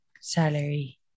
Salary